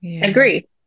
agree